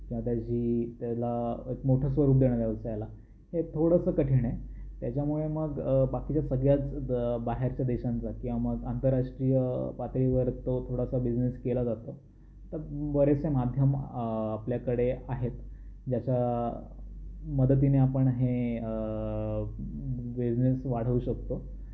जी त्याला एक मोठं स्वरूप देणं व्यवसायला हे थोडंसं कठीण आहे त्याच्यामुळे मग बाकीच्या सगळ्याच बाहेरच्या देशांचा किंवा मग आंतरराष्ट्रीय पातळीवर तो थोडासा बिजनेस केला जातो तर बरेचसे माध्यम आपल्याकडे आहेत ज्याच्या मदतीने आपण हे बिजनेस वाढवू शकतो